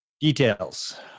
Details